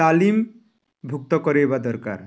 ତାଲିମ୍ ମୁକ୍ତ କରେଇବା ଦରକାର